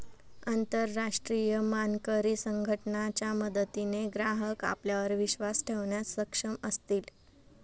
अंतरराष्ट्रीय मानकीकरण संघटना च्या मदतीने ग्राहक आपल्यावर विश्वास ठेवण्यास सक्षम असतील